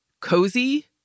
cozy